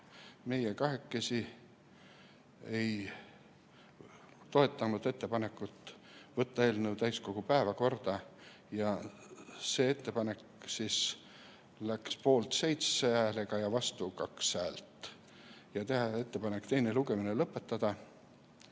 meie kahekesi ei toetanud ettepanekut võtta eelnõu täiskogu päevakorda. Ja see ettepanek läks 7 poolthäälega ja vastu oli 2 häält. Tehti ka ettepanek teine lugemine lõpetada: